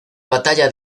batalla